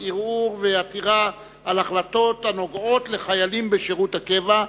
ערעור ועתירה על החלטות הנוגעות לחיילים בשירות קבע),